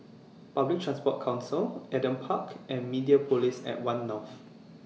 Public Transport Council Adam Park and Mediapolis At one North